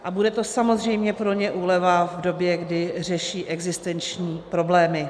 A bude to samozřejmě pro ně úleva v době, kdy řeší existenční problémy.